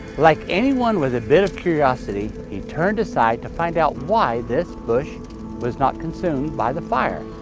like anyone with a bit of curiosity, he turned aside to find out why this bush was not consumed by the fire.